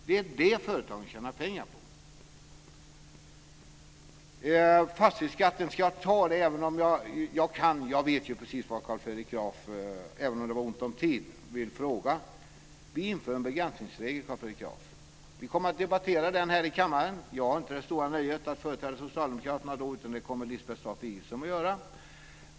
Det är det som företagen tjänar pengar på. Ska jag ta upp fastighetsskatten? Jag vet ju precis vad Carl Fredrik Graf, även om det var ont om tid, ville fråga. Vi inför en begränsningsregel, Carl Fredrik Graf. Vi kommer att debattera den här i kammaren. Jag har inte det stora nöjet att företräda Socialdemokraterna då, utan det kommer Lisbeth Staaf Igelström att göra.